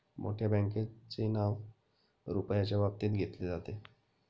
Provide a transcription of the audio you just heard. मोठ्या बँकांचे नाव रुपयाच्या बाबतीत घेतले जाते